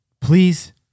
Please